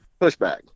pushback